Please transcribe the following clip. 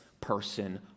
person